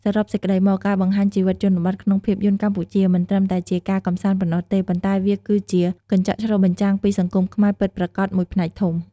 សរុបសេចក្ដីមក ការបង្ហាញជីវិតជនបទក្នុងភាពយន្តកម្ពុជា មិនត្រឹមតែជាការកម្សាន្តប៉ុណ្ណោះទេ ប៉ុន្តែវាគឺជា កញ្ចក់ឆ្លុះបញ្ចាំងពីសង្គមខ្មែរពិតប្រាកដ មួយផ្នែកធំ។